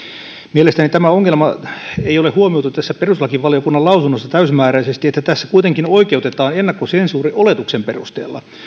mielestäni tätä ongelmaa ei ole huomioitu perustuslakivaliokunnan lausunnossa täysimääräisesti että tässä kuitenkin oikeutetaan ennakkosensuuri oletuksen perusteella